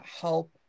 help